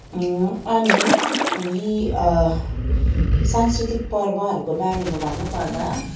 अनि यी सांस्कृतिक पर्वहरू को बारेमा भन्नुपर्दा